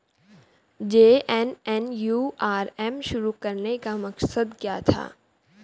JNNURM शुरू करने का मकसद क्या था?